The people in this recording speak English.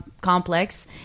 complex